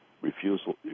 refusal